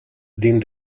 den